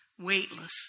weightless